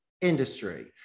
industry